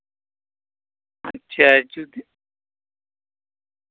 ᱟᱪᱪᱷᱟ ᱡᱩᱫᱤ